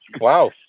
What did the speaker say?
Wow